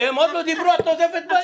חנין, הם עוד לא דיברו ואת נוזפת בהם?